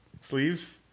Sleeves